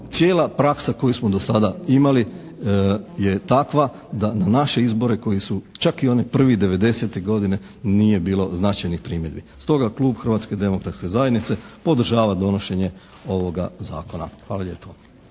cijela praksa koju smo do sada imali je takva da na naše izbore koji su čak i oni prvi 90. godine nije bilo značajnih primjedbi. Stoga klub Hrvatske demokratske zajednice podržava donošenje ovoga zakona. Hvala lijepa.